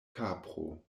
kapro